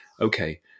okay